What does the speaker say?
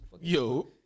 Yo